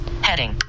heading